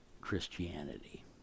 Christianity